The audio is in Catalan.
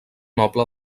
noble